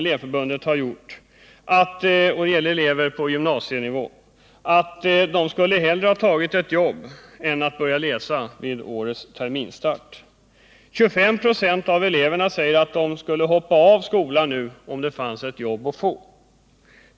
39 96 av de tillfrågade eleverna svarade att de hellre skulle ha tagit ett jobb än att börja läsa denna termin. 25 96 av eleverna säger att de skulle hoppa av skolan om det fanns ett jobb att få.